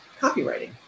copywriting